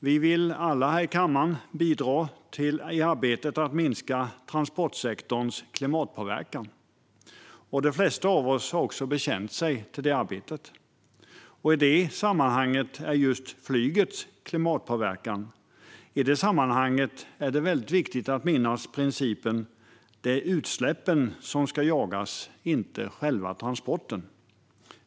Vi vill alla här i kammaren bidra i arbetet med att minska transportsektorns klimatpåverkan, och de flesta av oss har också bekänt sig till det arbetet. I detta sammanhang - när det gäller flygets klimatpåverkan - är det väldigt viktigt att minnas principen att det är utsläppen som ska jagas, inte själva transporten.